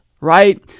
right